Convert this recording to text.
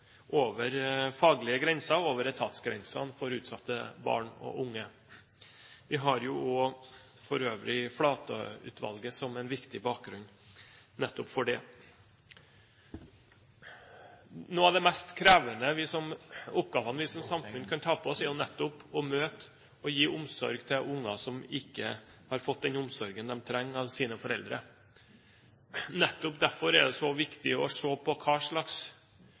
faglige grenser – over etatsgrensene – om utsatte barn og unge. Vi har jo også for øvrig Flatø-utvalget som en viktig bakgrunn nettopp for det. Noen av de mest krevende oppgavene vi som samfunn kan ta på oss, er jo nettopp å møte og gi omsorg til unger som ikke har fått den omsorgen de trenger av sine foreldre. Nettopp derfor er det så viktig å se på hva slags